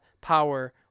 power